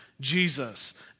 Jesus